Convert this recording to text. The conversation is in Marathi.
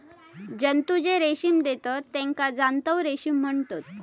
जंतु जे रेशीम देतत तेका जांतव रेशीम म्हणतत